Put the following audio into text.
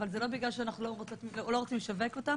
אבל זה לא בגלל שאנחנו לא רוצים לשווק אותן,